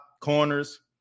corners